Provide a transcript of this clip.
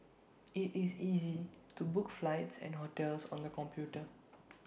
IT is easy to book flights and hotels on the computer